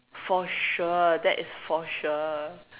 for sure that is for sure